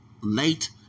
late